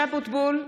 (קוראת בשמות חברי הכנסת) משה אבוטבול,